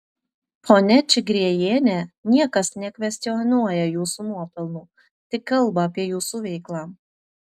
ponia čigriejiene niekas nekvestionuoja jūsų nuopelnų tik kalba apie jūsų veiklą